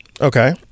Okay